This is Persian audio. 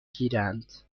گیرند